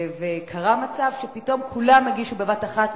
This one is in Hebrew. וקרה מצב שפתאום כולם הגישו בבת-אחת,